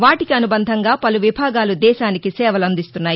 వాటికి అనుబంధంగా పలు విభాగాలు దేశానికి సేవలు అందిస్తున్నాయి